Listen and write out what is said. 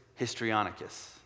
Histrionicus